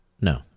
No